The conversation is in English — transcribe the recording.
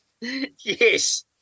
Yes